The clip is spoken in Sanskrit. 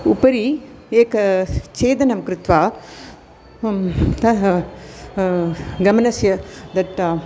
उपरि एकं छेदनं कृत्वा तः गमनस्य दट्